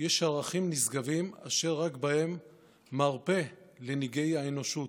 יש ערכים נשגבים אשר רק בהם מרפא לנגעי האנושות: